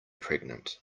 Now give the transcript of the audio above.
pregnant